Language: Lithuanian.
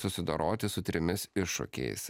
susidoroti su trimis iššūkiais